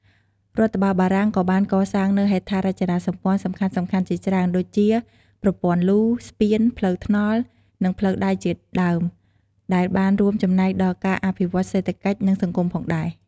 រដ្ឋបាលបារាំងក៏បានកសាងនូវហេដ្ឋារចនាសម្ព័ន្ធសំខាន់ៗជាច្រើនដូចជា ប្រព័ន្ធលូ ស្ពាន ផ្លូវថ្នល់ និងផ្លូវដែកជាដើម ដែលបានរួមចំណែកដល់ការអភិវឌ្ឍន៍សេដ្ឋកិច្ច និងសង្គមផងដែរ។